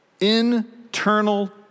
internal